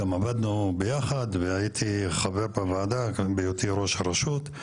גם עבדנו ביחד והייתי חבר בוועדה בהיותי ראש הרשות.